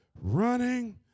running